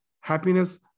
happiness